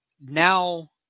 now